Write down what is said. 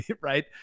right